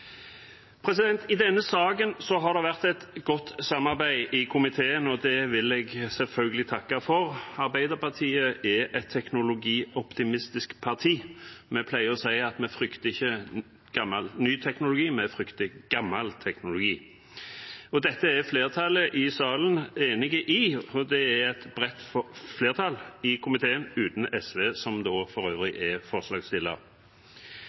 vedteke. I denne saken har det vært et godt samarbeid i komiteen, og det vil jeg selvfølgelig takke for. Arbeiderpartiet er et teknologioptimistisk parti, vi pleier å si at vi frykter ikke ny teknologi, vi frykter gammel teknologi. Og dette er flertallet i salen enig i, for det er et bredt flertall i komiteen – uten SV, som for øvrig